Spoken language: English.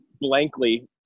blankly